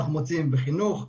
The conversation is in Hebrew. אנחנו מוצאים בחינוך,